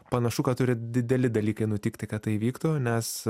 panašu kad turi dideli dalykai nutikti kad tai įvyktų nes